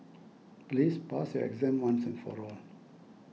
please pass your exam once and for all